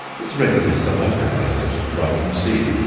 its readiness to hybridize and to ripen seed,